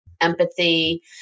empathy